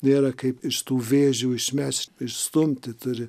nėra kaip iš tų vėžių išmeš išstumti turi